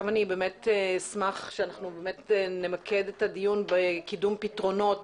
אני באמת אשמח שאנחנו נמקד את הדיון בקידום פתרונות